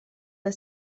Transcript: the